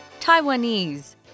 Taiwanese